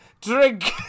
Drink